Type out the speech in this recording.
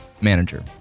manager